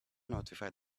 notified